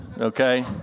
okay